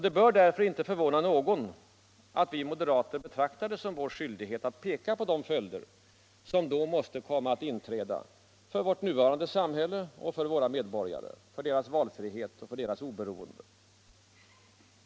Det bör därför inte förvåna någon att vi moderater betraktar det som vår skyldighet att peka på de följder som då måste komma att inträda för vårt nuvarande samhälle och för våra medborgare, för deras valfrihet och oberoende.